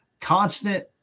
constant